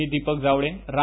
मी दीपक जावळे रा